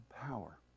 power